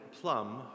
Plum